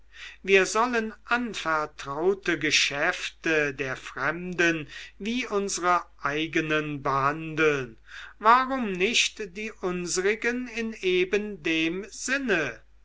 wir sollen anvertraute geschäfte der fremden wie unsere eigenen behandeln warum nicht die unsrigen in eben dem sinne